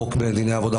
החוק בדיני עבודה,